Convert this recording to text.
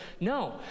No